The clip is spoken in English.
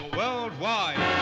worldwide